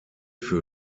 für